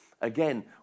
Again